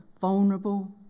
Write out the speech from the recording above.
vulnerable